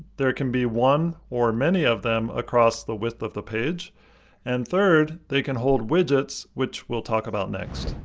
there can be one or many of them across the width of the page and third, they can hold widgets, which we'll talk about next.